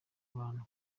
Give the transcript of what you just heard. abantu